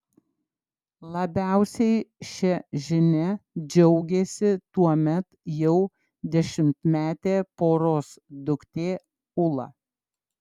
labiausiai šia žinia džiaugėsi tuomet jau dešimtmetė poros duktė ula